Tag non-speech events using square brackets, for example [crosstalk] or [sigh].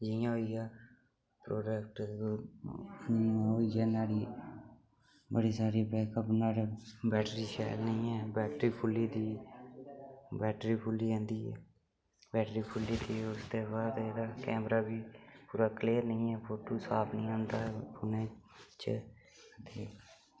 जियां होई गेआ प्रोडक्ट [unintelligible] होई गेआ नुहाड़ी बड़ी सारी बैकअप नुहाड़ा बैटरी शैल नी ऐ बैटरी फुल्ली दी बैटरी फुल्ली जंदी ऐ बैटरी फुल्ली दी उसदे बाद एह्दा कैमरा बी पूरा क्लियर नी ऐ फोटू साफ नेईं आंदा ऐ फोनै च ते